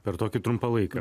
per tokį trumpą laiką